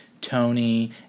Tony